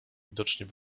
widocznie